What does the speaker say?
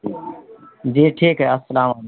جی ٹھیک ہے السلام علیکم